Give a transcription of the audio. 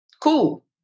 Cool